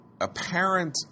apparent